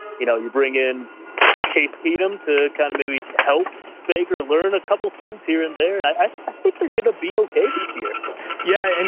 you know, you bring in case kingdom to kind of maybe help baker learn a couple things here and there. and i think they're going to be okay this year. speaker and